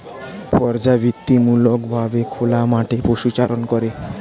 পর্যাবৃত্তিমূলক ভাবে খোলা মাঠে পশুচারণ করে